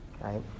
right